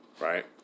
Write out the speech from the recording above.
Right